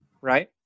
Right